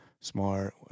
smart